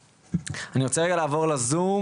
אני רוצה רגע לעבור לזום